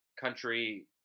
country